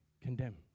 condemn